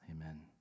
Amen